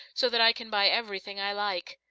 so that i can buy everything i like.